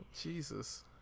Jesus